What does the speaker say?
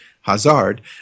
Hazard